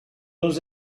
nous